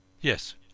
yes